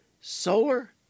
Solar